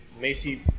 Macy